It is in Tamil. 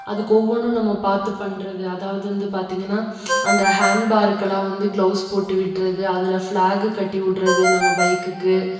அதுக்கு ஒவ்வொன்றும் நம்ம பார்த்து பண்றது அதாவது வந்து பார்த்திங்கன்னா அந்த ஹாண்ட்பாருக்கெல்லாம் வந்து கிளவுஸ் போட்டு விடுறது அதில் ஃபிளாகு கட்டி விடுறது நம்ம பைக்குக்கு